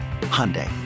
Hyundai